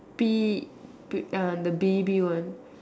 P uh the baby one